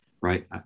right